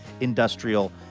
industrial